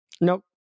Nope